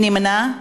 מי נמנע?